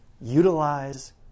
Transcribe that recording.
utilize